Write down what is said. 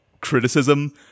criticism